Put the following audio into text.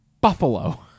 Buffalo